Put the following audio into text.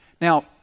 Now